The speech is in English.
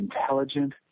intelligent